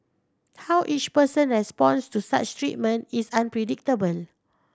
how each person responds to such treatment is unpredictable